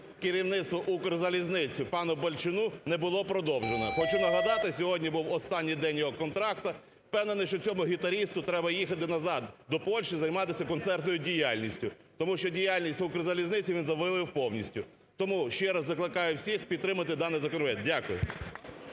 керівництва "Укрзалізниці" пану Балчуну не було продовжено. Хочу нагадати, сьогодні був останній день його контракту. Впевнений, що цьому "гітаристу" треба їхати назад до Польщі займатися концертною діяльністю, тому що діяльність "Укрзалізниці" він завалив повністю. Тому ще раз закликаю всіх підтримати даний законопроект. Дякую.